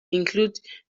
include